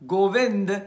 Govind